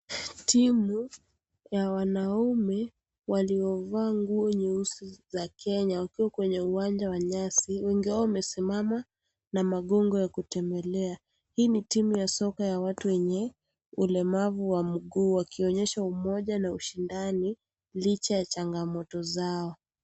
Timu ya wanaume waliovaa nguo nyeusi za Kenya wakiwa kwenye uwanja wa nyasi, wengi wao wamesimama na magongo ya kutembelea. Hii ni timu ya soka ya watu wenye ulemavu wa mguu wakionyesha umoja na ushindani licha ya changamoto zao.